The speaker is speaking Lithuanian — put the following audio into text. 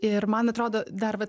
ir man atrodo dar va